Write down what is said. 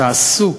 תעשו